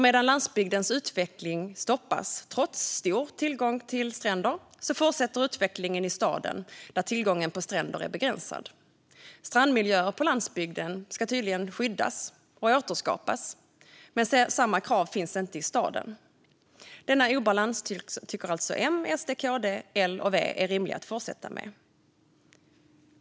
Medan landsbygdens utveckling stoppas, trots stor tillgång till stränder, fortsätter nämligen utvecklingen i staden där tillgången på stränder är begränsad. Strandmiljöer på landsbygden ska tydligen skyddas och återskapas, men samma krav finns inte i staden. Denna obalans tycker alltså M, SD, KD, L och V att det är rimligt att fortsätta med.